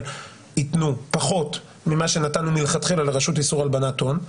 יתנו פחות ממה שנתנו מלכתחילה לרשות לאיסור הלבנת הון.